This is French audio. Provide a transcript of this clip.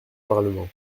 parlement